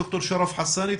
ד"ר שרף חסאן.